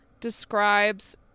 describes